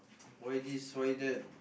why this why that